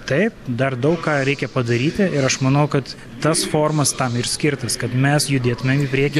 taip dar daug ką reikia padaryti ir aš manau kad tas forumas tam ir skirtas kad mes judėtumėm į priekį